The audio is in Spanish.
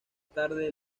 tarde